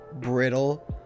brittle